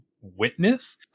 witness